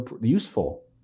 useful